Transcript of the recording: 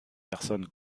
personne